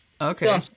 Okay